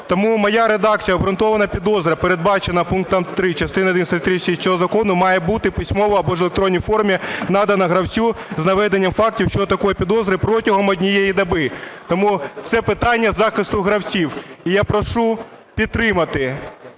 Тому моя редакція: "Обґрунтована підозра, передбачена пунктом 3 частини першої статті 36 цього Закону має бути письмово або в електронній формі надана гравцю з наведенням фактів щодо такої підозри протягом однієї доби". Тому це питання захисту гравців і я прошу підтримати